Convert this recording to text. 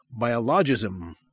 biologism